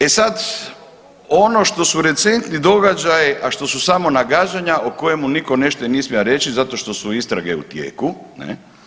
E sad, ono što su recentni događaji, a što su samo nagađanja o kojemu niko ništa nije smio reći zato što su istrage u tijelu.